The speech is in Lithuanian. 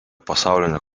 pasaulinio